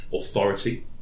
authority